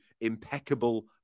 impeccable